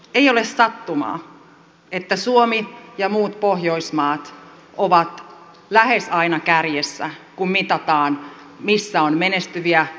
ei ole sattumaa että suomi ja muut pohjoismaat ovat lähes aina kärjessä kun mitataan missä on menestyviä onnistuneita yhteiskuntia